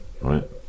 Right